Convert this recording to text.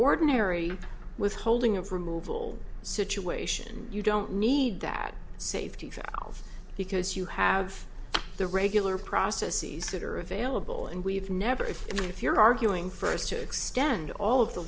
ordinary withholding of removal situation you don't need that safety now because you have the regular processes that are available and we've never if if you're arguing for is to extend all of the